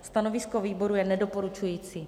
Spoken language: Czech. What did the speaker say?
Stanovisko výboru je nedoporučující.